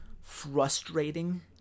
frustrating